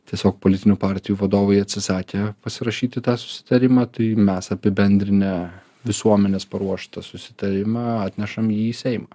tiesiog politinių partijų vadovai atsisakę pasirašyti tą susitarimą tai mes apibendrinę visuomenės paruoštą susitarimą atnešam jį į seimą